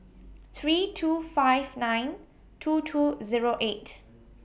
three two five nine two two Zero eight